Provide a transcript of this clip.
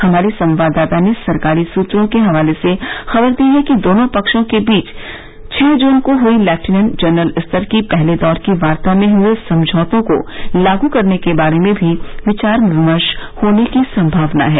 हमारे संवाददाता ने सरकारी सुत्रों के हवाले से खबर दी है कि दोनों पक्षों के बीच छ जून को हुई लेफ्टिनेंट जनरल स्तर की पहले दौर की वार्ता में हुए समझौते को लागू करने के बारे में भी विचार विमर्श होने की संभावना है